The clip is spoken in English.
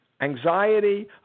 Anxiety